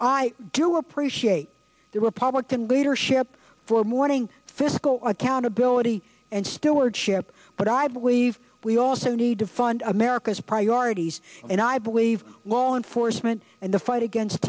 i do appreciate the republican leadership for morning fiscal accountability and stewardship but i believe we also need to fund america's priorities and i believe law enforcement in the fight against